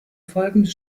folgende